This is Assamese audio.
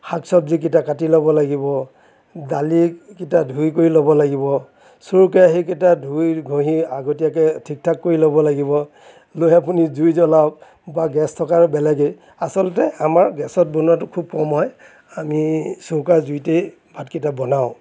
শাক চবজিকিটা কাটি ল'ব লাগিব দালিকিটা ধুই কৰি ল'ব লাগিব চৰু কেৰাহীকেইটা ধুই ঘঁহি আগতীয়াকৈ ঠিক ঠাক কৰি ল'ব লাগিব লৈ আপুনি জুই জ্বলাওক বা গেছ থকা হ'লে বেলেগেই আচলতে আমাৰ গেছত বনোৱাতো খুব কম হয় আমি চৌকা জুইতেই ভাতকিটা বনাওঁ